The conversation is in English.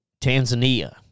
Tanzania